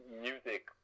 music